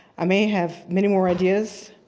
i may have many more ideas.